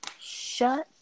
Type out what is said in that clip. Shut